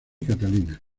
catalina